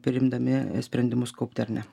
priimdami sprendimus kaupti ar ne